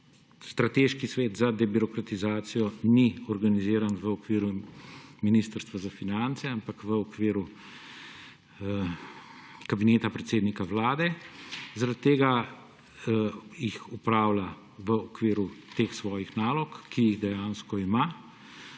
Strateški svet za debirokratizacijo ni organiziran v okviru Ministrstva za finance, ampak v okviru Kabineta predsednika Vlade. Zaradi tega jih opravlja v okviru svojih nalog, ki jih dejansko ima.